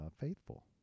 faithful